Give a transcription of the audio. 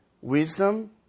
Wisdom